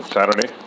Saturday